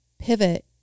pivot